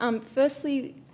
Firstly